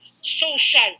social